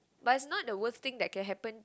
but is not the worst thing that can happen